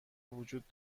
وجود